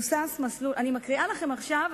אני מקריאה לכם עכשיו,